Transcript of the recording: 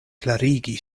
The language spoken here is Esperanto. klarigi